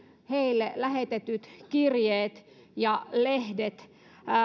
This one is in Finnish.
heille lähetetyt kirjeet ja lehdet